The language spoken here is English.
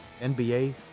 NBA